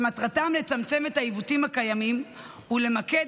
שמטרתם לצמצם את העיוותים הקיימים ולמקד